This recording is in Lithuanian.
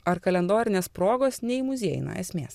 ar kalendorinės progos neįmuziejina esmės